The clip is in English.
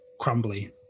crumbly